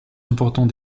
important